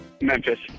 Memphis